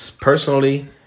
personally